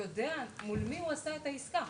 הלקוח יודע מול מי הוא עשה את העסקה,